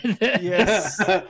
Yes